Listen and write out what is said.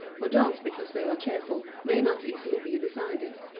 or dance because they are cheerful, may not easily be decided.